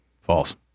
False